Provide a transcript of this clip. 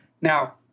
Now